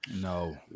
No